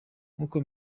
nk’uko